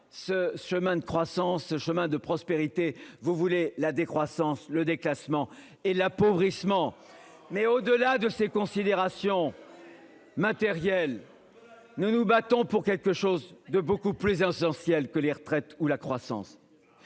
ce chemin de croissance chemin de prospérité. Vous voulez la décroissance, le déclassement et l'appauvrissement, mais au-delà de ces considérations. Matériel. Nous nous battons pour quelque chose de beaucoup plus sans ciel que les retraites ou la croissance.